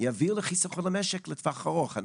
יביאו לחיסכון במשק לטווח הארוך?